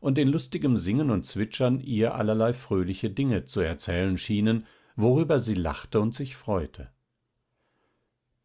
und in lustigem singen und zwitschern ihr allerlei fröhliche dinge zu erzählen schienen worüber sie lachte und sich freute